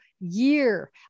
year